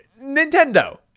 Nintendo